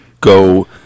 go